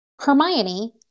Hermione